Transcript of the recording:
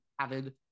avid